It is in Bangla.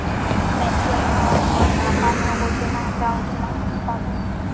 ম্যচিওর হওয়ার পর টাকা নগদে না অ্যাকাউন্টের মাধ্যমে পাবো?